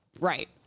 Right